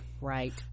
right